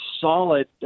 solid